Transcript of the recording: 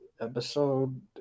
episode